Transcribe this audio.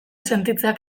sentitzeak